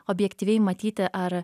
objektyviai matyti ar